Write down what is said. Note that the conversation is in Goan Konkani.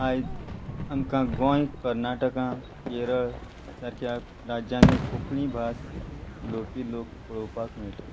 आयज आमकां गोंय कर्नाटका केरळ सारक्या राज्यांनी कोंकणी भास उलोवपी लोक पळोवपाक मेळटा